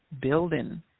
building